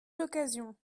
l’occasion